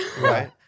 Right